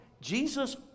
Jesus